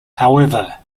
however